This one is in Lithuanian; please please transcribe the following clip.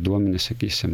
duomenis sakysim